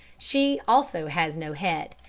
she also has no head,